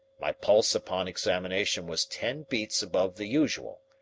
my pulse upon examination was ten beats above the usual,